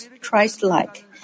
Christ-like